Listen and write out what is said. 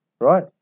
right